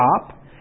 stop